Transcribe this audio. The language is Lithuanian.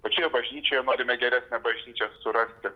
pačioje bažnyčioje norime geresnę bažnyčią surasti